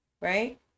right